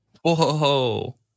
Whoa